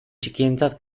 txikientzat